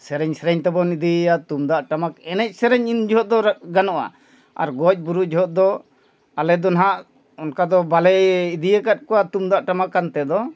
ᱥᱮᱨᱮᱧ ᱥᱮᱨᱮᱧ ᱛᱮᱵᱚᱱ ᱤᱫᱤᱭᱮᱭᱟ ᱛᱩᱢᱫᱟᱜ ᱴᱟᱢᱟᱠ ᱮᱱᱮᱡ ᱥᱮᱨᱮᱧ ᱤᱧ ᱡᱚᱦᱚᱜ ᱫᱚ ᱜᱟᱱᱚᱜᱼᱟ ᱟᱨ ᱜᱚᱡ ᱵᱩᱨᱩ ᱡᱚᱦᱚᱜ ᱫᱚ ᱟᱞᱮ ᱫᱚ ᱱᱟᱦᱟᱜ ᱚᱱᱠᱟ ᱫᱚ ᱵᱟᱞᱮ ᱤᱫᱤᱭᱟᱠᱟᱫ ᱠᱚᱣᱟ ᱛᱩᱢᱫᱟᱜ ᱴᱟᱢᱟᱠ ᱠᱟᱱ ᱛᱮᱫᱚ